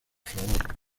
favor